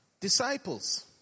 Disciples